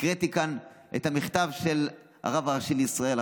הקראתי כאן את המכתב של הרב הראשי לישראל,